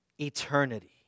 eternity